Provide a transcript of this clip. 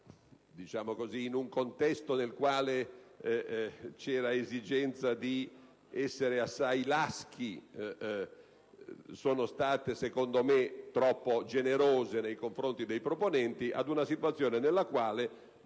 che - in un contesto nel quale c'era l'esigenza di essere assai laschi - sono state secondo me troppo generose nei confronti dei proponenti, ad una situazione nella quale,